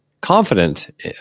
confident